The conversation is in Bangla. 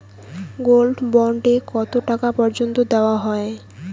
গোল্ড বন্ড এ কতো টাকা পর্যন্ত দেওয়া হয়?